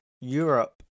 europe